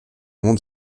moment